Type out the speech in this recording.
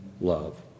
love